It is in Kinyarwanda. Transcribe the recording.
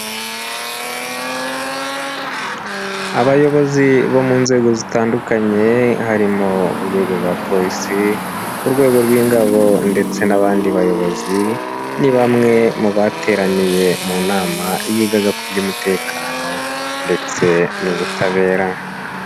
Abayobozi bo mu nzego zitandukanye harimo urwego rwa Polisi, urwego rw'Ingabo ndetse n'abandi bayobozi, ni bamwe mu bateraniye mu nama yigaga ku by'umutekano ndetse n'ubutabera.